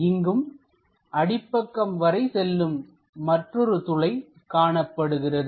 இங்கும் அடிப்பக்கம் வரை செல்லும் மற்றொரு துளை காணப்படுகிறது